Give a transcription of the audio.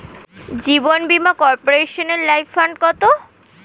জীবন বীমা কর্পোরেশনের life fund কত?